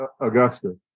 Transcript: Augusta